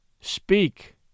Speak